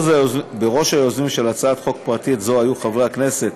בראש היוזמים של הצעת חוק פרטית זו היו חברי הכנסת